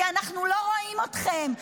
כי אנחנו לא רואים אתכם.